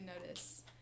notice